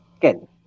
Ken